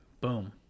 Boom